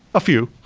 a few,